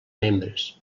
membres